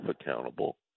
accountable